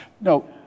No